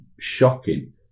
shocking